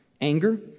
anger